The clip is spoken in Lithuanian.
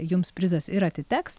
jums prizas ir atiteks